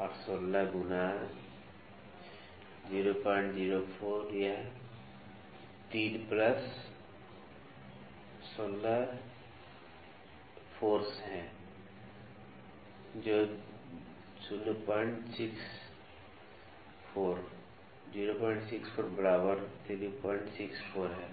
और 16 गुणा 004 यह 3 प्लस 16 चौके हैं 064 बराबर 364 है